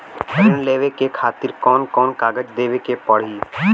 ऋण लेवे के खातिर कौन कोन कागज देवे के पढ़ही?